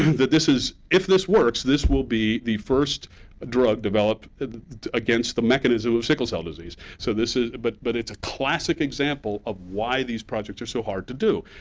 that this is if this works, this will be the first drug developed against the mechanism of sickle cell disease. so this is but but it's a classic example of why these projects are so hard to do.